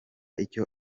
icyo